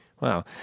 Wow